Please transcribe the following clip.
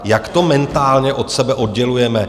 Jak to mentálně od sebe oddělujeme?